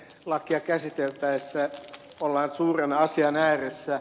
jätelakia käsiteltäessä ollaan suuren asian ääressä